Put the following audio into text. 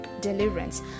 deliverance